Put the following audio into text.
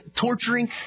torturing